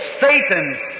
Satan